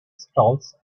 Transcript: stalls